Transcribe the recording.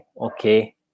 okay